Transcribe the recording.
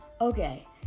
okay